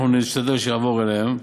אנחנו נשתדל שיעבור אליהם,